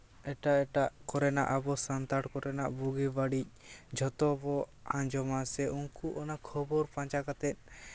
ᱮᱴᱟᱜ ᱮᱴᱟᱜ ᱠᱚᱨᱮᱱᱟᱜ ᱟᱵᱚ ᱥᱟᱱᱛᱟᱲ ᱠᱚᱨᱮᱱᱟᱜ ᱵᱩᱜᱤ ᱵᱟᱹᱲᱤᱡ ᱡᱷᱚᱛᱚ ᱵᱚ ᱟᱸᱡᱚᱢᱟᱥᱮ ᱩᱱᱠᱩ ᱚᱱᱟ ᱠᱷᱚᱵᱚᱨ ᱯᱟᱸᱡᱟ ᱠᱟᱛᱮ